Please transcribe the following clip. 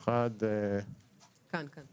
עם ויזה ועוד ועוד תשלומים שאמורים לשלם